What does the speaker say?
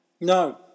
No